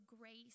grace